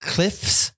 Cliffs